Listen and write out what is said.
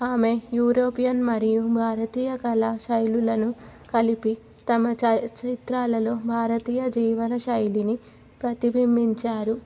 ఆమె యూరోపియన్ మరియు భారతీయ కళా శైలులను కలిపి తమ చ చిత్రాలలో భారతీయ జీవన శైలిని ప్రతిబింబించారు